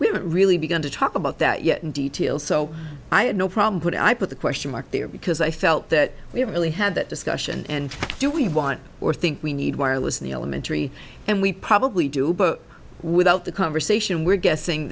we really begin to talk about that yet in detail so i had no problem put i put the question mark there because i felt that we really had that discussion and do we want or think we need wireless in the elementary and we probably do but without the conversation we're guessing